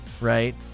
right